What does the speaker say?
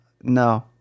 No